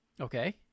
Okay